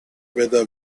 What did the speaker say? whether